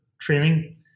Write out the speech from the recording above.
training